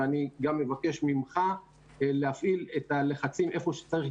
ואני מבקש גם ממך להפעיל את הלחצים איפה שצריך,